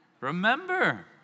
remember